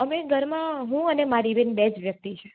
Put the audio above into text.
અમે ઘરમાં હું અને મારી બેન બે જ વ્યક્તિ છે